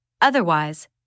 otherwise